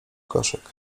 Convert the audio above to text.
koszyk